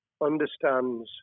understands